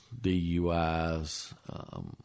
DUIs